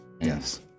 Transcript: Yes